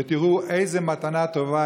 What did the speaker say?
ותראו איזו מתנה טובה,